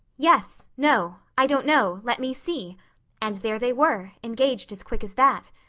yes no i don't know let me see' and there they were, engaged as quick as that.